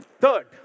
Third